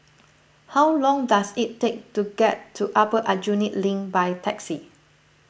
how long does it take to get to Upper Aljunied Link by taxi